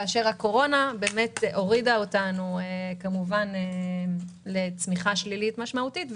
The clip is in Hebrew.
כאשר הקורונה הורידה אותנו כמובן לצמיחה שלילית משמעותית.